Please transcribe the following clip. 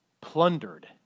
plundered